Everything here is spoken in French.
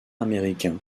américain